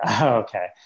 okay